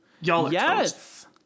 Yes